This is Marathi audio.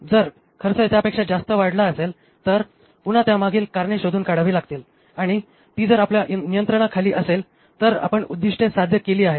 जर खर्च त्यापेक्षा जास्त वाढला असेल तर पुन्हा त्यामागील कारणे शोधून काढावी लागतील आणि ती जर आपल्या नियंत्रणाखाली असेल तर आपण उद्दिष्टे साध्य केली आहेत